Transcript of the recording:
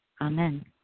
Amen